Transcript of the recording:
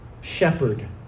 shepherd